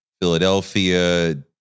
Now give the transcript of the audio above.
Philadelphia